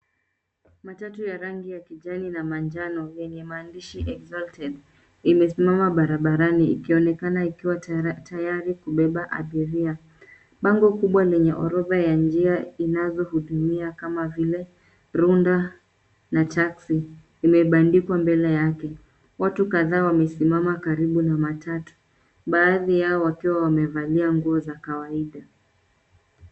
Matatu ya rangi ya kijani na manjano, yenye maandishi exalted imesimama barabarani ikionekana ikiwa tayari kubeba abiria, bango kubwa yenye orodha ya njia inazohudumia kama vile RUNDA, na CHASKI limebandikwa mbele yake, watu kadhaa wamesimama karibu na matatu, baadhi yao wakiwa wamevalia nguo za kawaida.